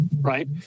right